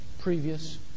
previous